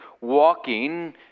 walking